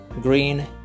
green